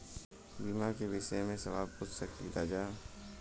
बीमा के विषय मे सवाल पूछ सकीलाजा?